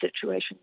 situations